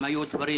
הם היו דברים